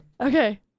Okay